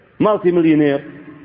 Multi-millionaire